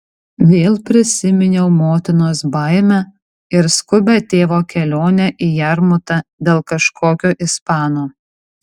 vėl prisiminiau motinos baimę ir skubią tėvo kelionę į jarmutą dėl kažkokio ispano